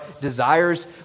desires